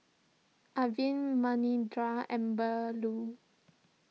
Arvind Manindra and Bellur